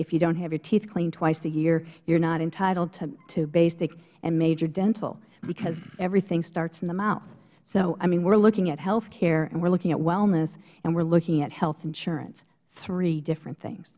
if you don't have your teeth cleaned twice a year you are not entitled to basic and major dental because everything starts in the mouth so we are looking at health care and we are looking at wellness and we are looking at health insurance three different things